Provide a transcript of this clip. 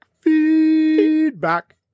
Feedback